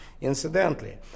Incidentally